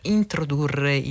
introdurre